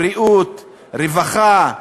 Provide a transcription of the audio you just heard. בריאות, רווחה,